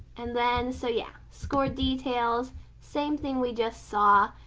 and then, so yeah, score details same thing we just saw,